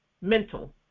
mental